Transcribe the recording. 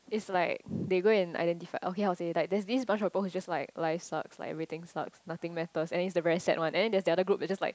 it's like they go and identify okay how to say like there's this bunch of people who's just like life sucks like everything sucks nothing matters and it's the very sad one and then there's the other group that is just like